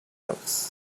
talks